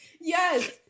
Yes